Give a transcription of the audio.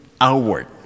outward